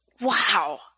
Wow